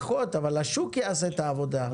פחות אבל השוק יעשה את העבודה.